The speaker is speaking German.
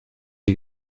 die